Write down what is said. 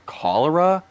Cholera